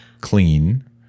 clean